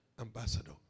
ambassador